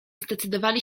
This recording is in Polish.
zdecydowali